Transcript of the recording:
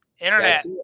internet